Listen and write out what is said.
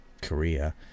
Korea